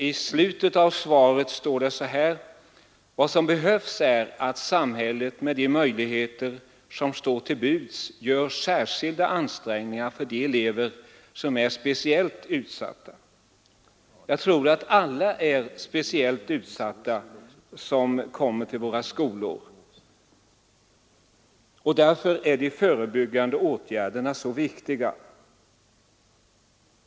I slutet av svaret står det: ”Vad som behövs är att samhället med de möjligheter som står till buds gör särskilda ansträngningar för de elever som är speciellt utsatta.” Jag tror att alla som kommer till våra skolor är speciellt utsatta, och därför är de förebyggande åtgärderna så viktiga.